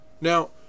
now